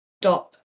stop